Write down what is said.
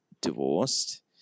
divorced